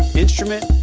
instrument